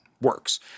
works